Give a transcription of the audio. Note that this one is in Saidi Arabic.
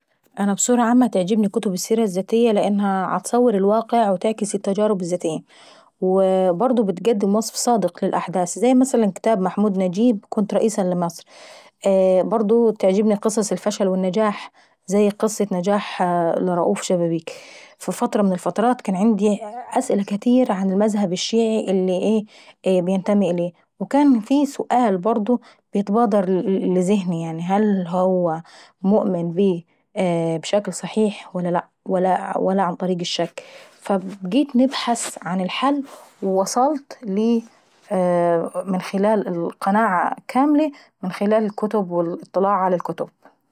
انا بصورة عامة تعجبني كتب السيرة الذاتية لانها بتعكس الواقع وتصور التجارب الذاتيي. وا برضه بتقدم وصف صادق للاحداث زي مثلا كتاب محمود نجيب " كنت رئيسا لمصر"، برضه تعجبي قصص الفشل والنجاح زي قصة " نجاح" لرؤوف شبابيك. في فترة من الفترات كان عيندي أسئلة كاتير عن المذهب الشيعي اللي ايه بينتمي اليهز وكان في سؤال بضو بيتبادر لذهني هل هو مؤمن بيه بشكل صحيح ولا عن طريق الشك؟ فنبحث عن الحل ووصلت ليه من خلال القناعة الكاملة ومن خلال الكتب والاطلاع في الكتب.